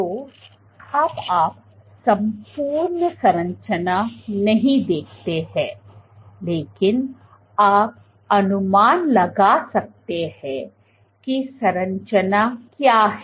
तो अब आप संपूर्ण संरचना नहीं देखते हैं लेकिन आप अनुमान लगा सकते हैं कि संरचना क्या है